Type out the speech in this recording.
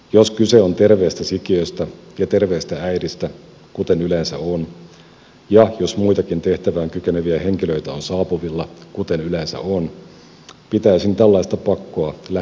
jos kyse on terveestä sikiöstä ja terveestä äidistä kuten yleensä on ja jos muitakin tehtävään kykeneviä henkilöitä on saapuvilla kuten yleensä on pitäisin tällaista pakkoa lähinnä sadismina